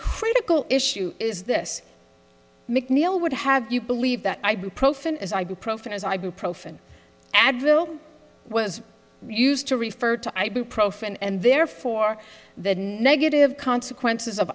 critical issue is this mcneil would have you believe that ibuprofen is ibuprofen as ibuprofen advil was used to refer to ibuprofen and therefore the negative consequences